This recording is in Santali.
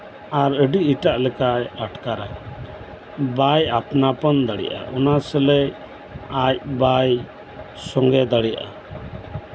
ᱟᱨ ᱟᱹᱰᱤ ᱮᱴᱟᱜ ᱞᱮᱠᱟᱭ ᱟᱴᱠᱟᱨᱟ ᱵᱟᱭ ᱟᱯᱱᱟᱨᱟ ᱚᱱᱟ ᱥᱟᱞᱟᱜ ᱟᱡ ᱵᱟᱭ ᱥᱚᱸᱜᱮ ᱫᱟᱲᱮᱭᱟᱜᱼᱟ